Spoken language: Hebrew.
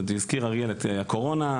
הזכיר אריאל את הקורונה,